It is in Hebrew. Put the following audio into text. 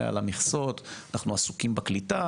על המכסות כמו 'אנחנו עסוקים בקליטה,